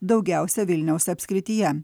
daugiausia vilniaus apskrityje